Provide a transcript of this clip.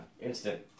Instant